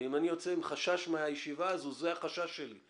ואם אני יוצא עם חשש מהישיבה הזו, זה החשש שלי.